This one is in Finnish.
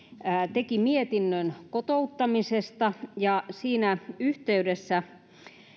teki mietinnön kotouttamisesta ja siinä yhteydessä